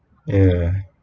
ya